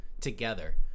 together